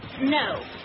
no